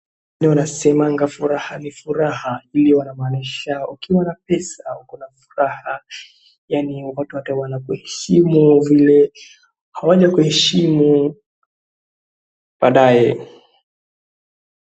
Leo wanasemanga furaha ni furaha, iyo wanamanisha ukiwa na pesa uko na furaha, ya ni ata watu wanakuheshimu vile hawajakueshimu baadaye.